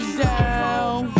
down